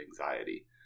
anxiety